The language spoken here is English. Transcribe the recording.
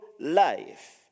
life